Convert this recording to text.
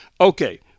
Okay